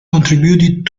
contributed